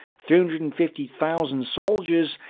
three hundred and fifty thousand soldiers,